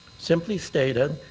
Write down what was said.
simply stated,